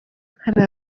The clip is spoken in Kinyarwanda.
hari